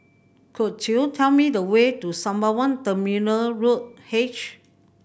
could you tell me the way to Sembawang Terminal Road H